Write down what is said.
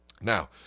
Now